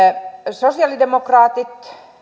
sosialidemokraatit